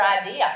idea